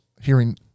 hearing